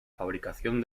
fabricación